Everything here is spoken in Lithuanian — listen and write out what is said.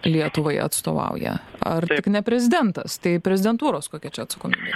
lietuvai atstovauja ar ne prezidentas tai prezidentūros kokia čia atsakomybė